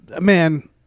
man